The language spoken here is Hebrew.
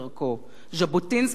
ז'בוטינסקי גרס